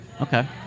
okay